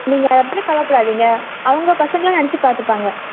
நீங்கள் கவலைப்படாதீங்க அவங்க பசங்களாக நினைச்சி பார்த்துப்பாங்க